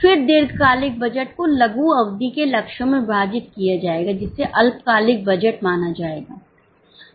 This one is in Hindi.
फिर दीर्घकालिक बजट को लघु अवधि के लक्ष्यों में विभाजित किया जाएगा जिसे अल्पकालिक बजट माना जाएगा